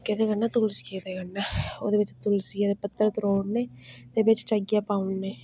केह्दे कन्नै तुलसी दे कन्नै ओह्दे तुलसियै पत्तर त्रोड़ने ते बिच्च चाहियै पाउने